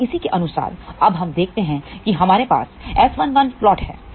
अब इसी के अनुसार अब हम देखते हैं कि हमारे पास S11 प्लॉट है